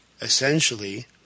Essentially